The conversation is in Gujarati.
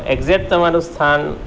એકઝેટ તમારું સ્થાન